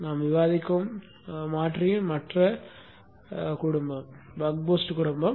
நாம் விவாதிக்கும் மாற்றியின் மற்ற குடும்பம் பக் பூஸ்ட் குடும்பம்